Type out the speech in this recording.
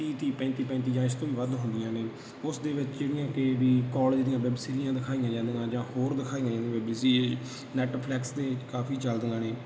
ਤੀਹ ਤੀਹ ਪੈਂਤੀ ਪੈਂਤੀ ਜਾਂ ਇਸ ਤੋਂ ਵੀ ਵੱਧ ਹੁੰਦੀਆਂ ਨੇ ਉਸ ਦੇ ਵਿੱਚ ਜਿਹੜੀਆਂ ਕਿ ਵੀ ਕਾਲਜ ਦੀਆਂ ਵੈਬ ਸੀਰੀਜਾਂ ਦਿਖਾਈਆਂ ਜਾਂਦੀਆਂ ਜਾਂ ਹੋਰ ਦਿਖਾਈਆ ਜਾਂਦੀਆਂ ਵੈਬ ਸੀਰੀਜ਼ ਨੈਟਫਲੈਕਸ 'ਤੇ ਕਾਫੀ ਚੱਲਦੀਆਂ ਨੇ